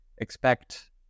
expect